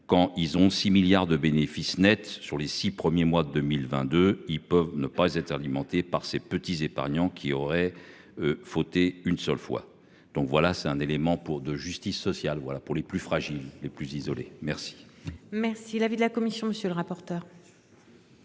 quand ils ont 6 milliards de bénéfice Net sur les 6 premiers mois de 2022. Ils peuvent ne pas être alimenté par ses petits épargnants qui aurait. Fauté. Une seule fois. Donc voilà c'est un élément pour de justice sociale. Voilà pour les plus fragiles, les plus isolées. Merci, merci. L'avis de la commission. Monsieur le rapporteur.